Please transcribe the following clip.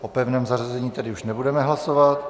O pevném zařazení tedy už nebudeme hlasovat.